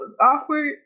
awkward